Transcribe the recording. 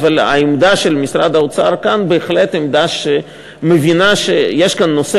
אבל העמדה של משרד האוצר כאן בהחלט עמדה שמבינה שיש כאן נושא